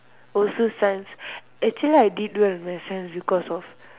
also science actually I didn't do well in my science because of